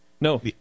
No